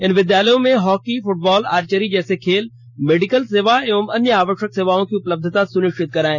इन विद्यालयों में hockey football archery जैसे खेल मेडिकल सेवा एवं अन्य आवश्यक सेवाओं की उपलब्धता सुनिश्चित कराएं